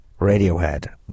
Radiohead